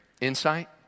insight